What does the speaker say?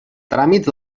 tràmit